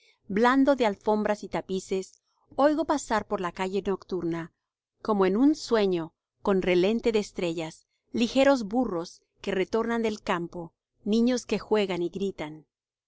blando de alfombras y tapices oigo pasar por la calle nocturna como en un sueño con relente de estrellas ligeros burros que retornan del campo niños que juegan y gritan